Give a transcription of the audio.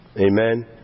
Amen